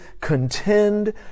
contend